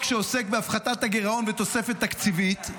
שעוסק בהפחתת הגירעון ותוספת תקציבית.